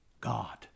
God